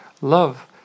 Love